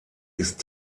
ist